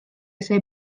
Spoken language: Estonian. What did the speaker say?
see